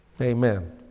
Amen